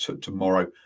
tomorrow